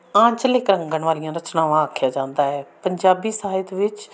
ਆਂਚਲੀ ਕੰਗਣ ਵਾਲੀਆਂ ਰਚਨਾਵਾਂ ਆਖਿਆ ਜਾਂਦਾ ਹੈ ਪੰਜਾਬੀ ਸਾਹਿਤ ਵਿੱਚ